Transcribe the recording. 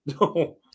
No